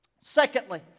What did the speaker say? Secondly